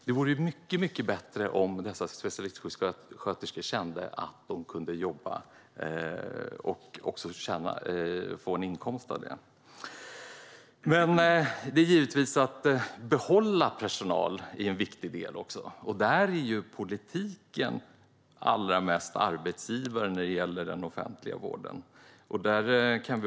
Det vore mycket bättre om dessa specialistsjuksköterskor kände att de kunde jobba och också få en inkomst av det. Att behålla personal är givetvis en viktig del. Politiken är ju allra mest arbetsgivare när det gäller den offentliga vården.